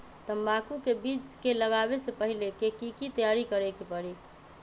तंबाकू के बीज के लगाबे से पहिले के की तैयारी करे के परी?